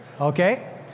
Okay